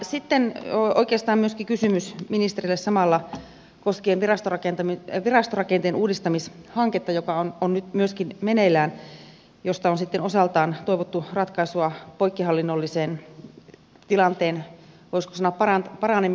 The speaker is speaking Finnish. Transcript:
sitten oikeastaan myöskin kysymys ministerille samalla koskien virastorakenteen uudistamishanketta joka on nyt myöskin meneillään ja josta on sitten osaltaan toivottu ratkaisua poikkihallinnollisen tilanteen voisiko sanoa parantamiseen